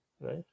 right